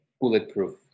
bulletproof